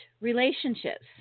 relationships